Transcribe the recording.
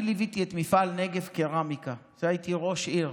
אני ליוויתי את מפעל נגב קרמיקה כשהייתי ראש עיר.